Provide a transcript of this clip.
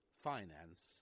finance